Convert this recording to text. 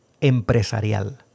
empresarial